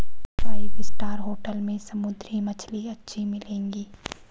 five star hotel में समुद्री मछली अच्छी मिलेंगी